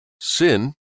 sin